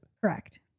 correct